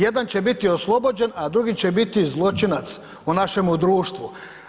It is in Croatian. Jedan će biti oslobođen, a drugi će biti zločinac u našemu društvu.